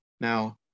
Now